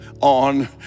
on